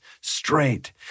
straight